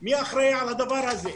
מי אחראי על הדבר הזה?